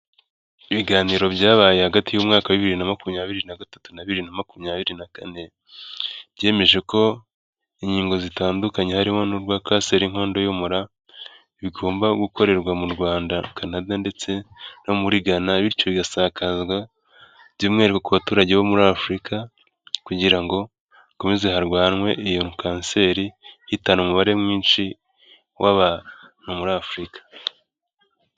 Ibiganiro byabaye hagati y'umwaka bibiri na makumyabiri na gatatu na bibiri na makumyabiri na kane byemeje ko inkingo zitandukanye harimo n'urwa kanseri y'ikondo y'umura, bigomba gukorerwa mu Rwanda, Canada, ndetse no muri Ghana, bityo bigasakazwa by'umwihariko baturage bo muri Afurika kugira ngo hakomeze harwanwe iyo kanseri ihitana umubare mwinshi w'abantu muri Afurika.